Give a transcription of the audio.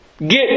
Get